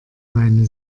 meine